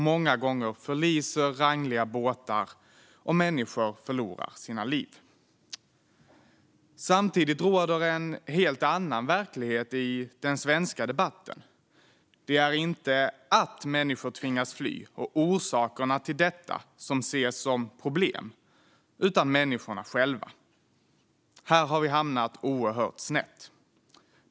Många gånger förliser rangliga båtar, och människor förlorar livet. Samtidigt råder en helt annan verklighet i den svenska debatten. Det är inte att människor tvingas fly och orsakerna till detta som ses som problem, utan människorna själva. Här har vi hamnat oerhört snett.